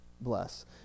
bless